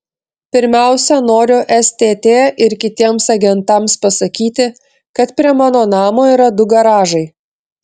pirmiausia noriu stt ir kitiems agentams pasakyti kad prie mano namo yra du garažai